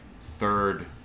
third